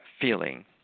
feeling